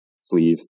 sleeve